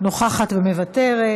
נוכחת ומוותרת,